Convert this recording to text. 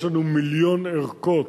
יש לנו מיליון ערכות